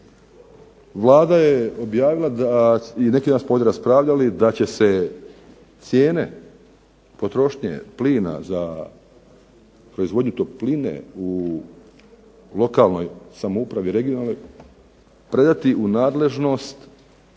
Vlada je objavila da, i neki dan smo ovdje raspravljali da će se cijene potrošnje plina za proizvodnju topline u lokalnoj samoupravi, regionalnoj predati u nadležnost